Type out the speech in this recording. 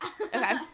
okay